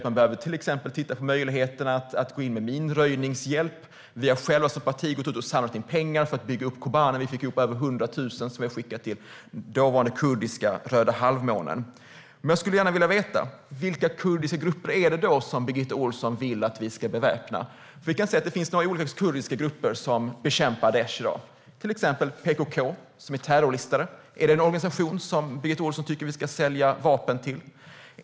Man behöver till exempel titta på möjligheterna för att gå in med minröjningshjälp. Vi har som parti samlat in pengar för att bygga upp Kobane. Vi fick ihop över 100 000 som vi har skickat till dåvarande kurdiska Röda halvmånen. Jag skulle gärna vilja veta vilka kurdiska grupper det är som Birgitta Ohlsson vill att vi ska beväpna. Det finns några olika sorters kurdiska grupper som bekämpar Daish i dag, till exempel PKK, som är terrorlistade. Är det en organisation som Birgitta Ohlsson tycker att vi ska sälja vapen till?